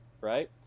Right